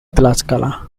tlaxcala